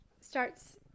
starts